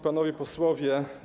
Panowie Posłowie!